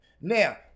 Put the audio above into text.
now